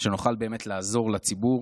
שנוכל באמת לעזור לציבור